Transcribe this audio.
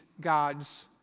God's